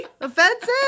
Offensive